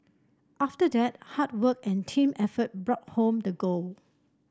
after that hard work and team effort brought home the gold